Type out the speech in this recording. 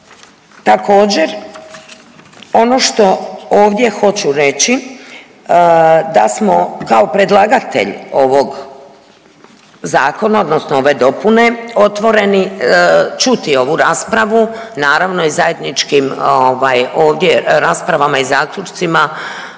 Također ono što ovdje hoću reći da smo kao predlagatelj ovog zakona odnosno ove dopune otvoreni čuti ovu raspravu naravno i zajedničkim ovdje raspravama i zaključcima